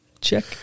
Check